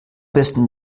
besten